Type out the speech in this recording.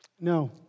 No